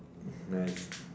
nice